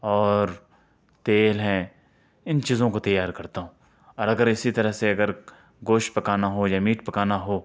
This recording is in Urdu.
اور تیل ہے ان چیزوں کو تیار کرتا ہوں اور اگر اسی طرح سے اگر گوشت پکانا ہو یا میٹ پکانا ہو